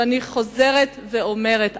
ואני חוזרת ואומרת,